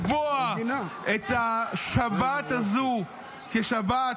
ולצבוע את השבת הזו כשבת